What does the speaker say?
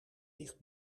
dicht